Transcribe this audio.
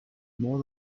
more